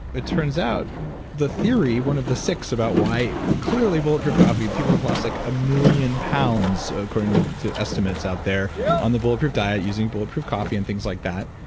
it turns out the theory, one of the six about why clearly bulletproof coffee people have lost like a million pounds according to estimates out there on the bulletproof diet using bulletproof coffee and things like that.